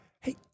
hey